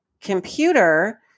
computer